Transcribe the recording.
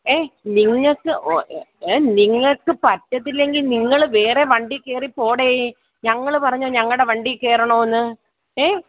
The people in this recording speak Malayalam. ഏ നിങ്ങൾക്ക് ഓ നിങ്ങൾക്ക് പറ്റത്തില്ലെങ്കിൽ നിങ്ങൾ വേറെ വണ്ടിയിൽക്കയറിപ്പോടേ ഞങ്ങൾ പറഞ്ഞോ ഞങ്ങളുടെ വണ്ടിയിൽക്കറണമെന്ന് ഏ